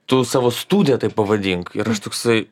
tu savo studiją taip pavadink ir aš toksai